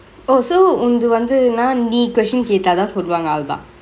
oh so உன்து வந்துன நீ:unthu vanthuna nee question கேட்டாதா சொல்வாங்க அவ்ளோதா:kettathaa solvangke avlothaa